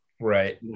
Right